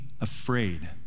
afraid